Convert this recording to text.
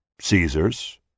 Caesar's